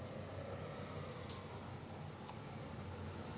oh ya ah you know what I'll go with Marvel lah I think my favourite superhero is doctor strange